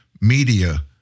media